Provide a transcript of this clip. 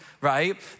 right